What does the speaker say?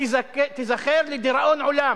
תיזכר לדיראון עולם.